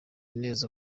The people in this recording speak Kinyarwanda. neza